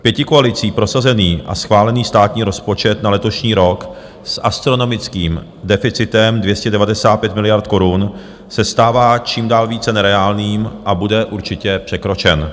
Pětikoalicí prosazený a schválený státní rozpočet na letošní rok s astronomickým deficitem 295 miliard korun se stává čím dál více nereálným a bude určitě překročen.